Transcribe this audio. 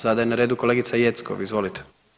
Sada je na redu kolegica Jeckov, izvolite.